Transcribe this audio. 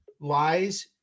lies